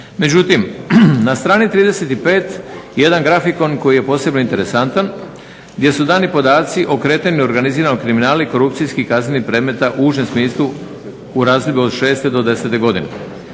Međutim, na strani 35 jedan grafikon koji je posebno interesantan gdje su dani podaci o kretanju organiziranog kriminala i korupcijskih kaznenih predmeta u užem smislu u razdoblju od 6. do 10. godine.